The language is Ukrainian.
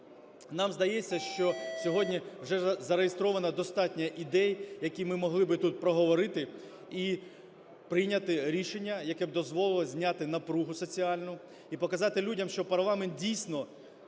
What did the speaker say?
Нам здається, що сьогодні вже зареєстровано достатньо ідей, які ми могли би тут проговорити і прийняти рішення, яке б дозволило зняти напругу соціальну і показати людям, що парламент дійсно